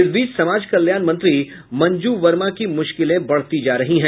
इस बीच समाज कल्याण मंत्री मंजू वर्मा की मुश्किलें बढ़ती जा रही हैं